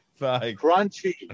Crunchy